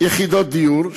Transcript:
יחידות דיור,